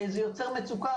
זה יוצר מצוקה.